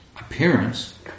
appearance